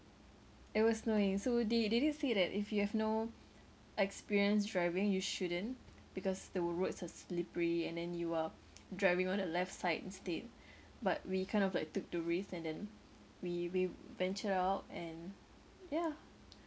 it was snowing so they they did say that if you have no experience driving you shouldn't because the roads are slippery and then you are driving on the left side instead but we kind of like took the risk and then we we ventured out and yeah